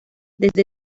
desde